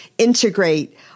integrate